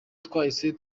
twahise